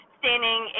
standing